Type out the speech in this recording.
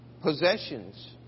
possessions